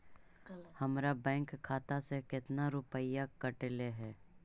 हमरा बैंक खाता से कतना रूपैया कटले है?